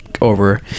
over